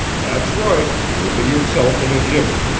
that's right! you'll be yourself in a jiffy.